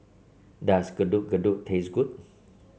does Getuk Getuk taste good